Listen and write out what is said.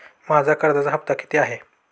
माझा कर्जाचा हफ्ता किती आहे?